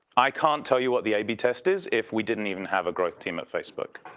i can't tell you what the ab test is if we didn't even have a growth team at facebook.